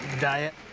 Diet